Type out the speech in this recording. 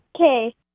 Okay